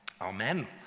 Amen